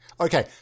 Okay